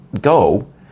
go